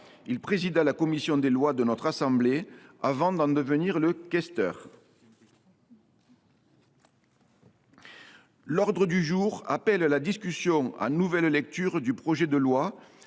Il présida la commission des lois de notre assemblée avant d’en devenir le questeur. L’ordre du jour appelle la discussion en nouvelle lecture du projet de loi,